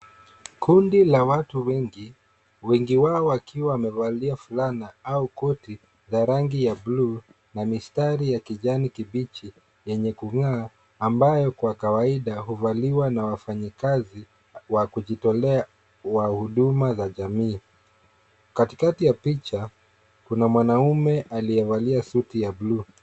Kundi la watu wengi. Wengi wao wakiwa wamevalia fulana au koti za rangi ya buluu na mistari ya kijani kibichi yenye kung'aa ambayo kwa kawaida uvaliwa na wafanyikazi wa kujitolea wa huduma za jamii. Katikati ya picha, kuna mwanaume aliyevalia suti ya buluu.